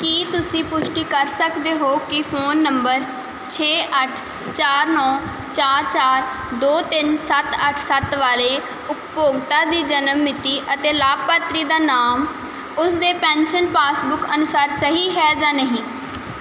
ਕੀ ਤੁਸੀਂ ਪੁਸ਼ਟੀ ਕਰ ਸਕਦੇ ਹੋ ਕਿ ਫੋਨ ਨੰਬਰ ਛੇ ਅੱਠ ਚਾਰ ਨੌਂ ਚਾਰ ਚਾਰ ਦੋ ਤਿੰਨ ਸੱਤ ਅੱਠ ਸੱਤ ਵਾਲੇ ਉਪਭੋਗਤਾ ਦੀ ਜਨਮ ਮਿਤੀ ਅਤੇ ਲਾਭਪਾਤਰੀ ਦਾ ਨਾਮ ਉਸਦੇ ਪੈਨਸ਼ਨ ਪਾਸਬੁੱਕ ਅਨੁਸਾਰ ਸਹੀ ਹੈ ਜਾਂ ਨਹੀਂ